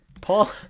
Paul